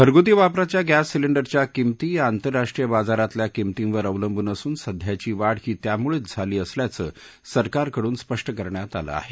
घरगुती वापराच्या ग्राती सिलिंडरच्या किमती या आंतरराष्ट्रीय बाजारातल्या किंमतीवर अवलंबुन असून सध्याची वाढ ही त्यामुळेच ही दरवाढ झाली आल्याचं सरकारकडून स्पष्ट करण्यात आलं आहे